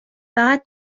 فقط